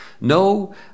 No